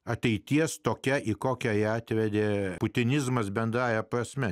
ateities tokia į kokią ją atvedė putinizmas bendrąja prasme